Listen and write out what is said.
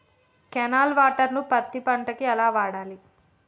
Canal water ను పత్తి పంట కి ఎలా వాడాలి?